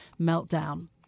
meltdown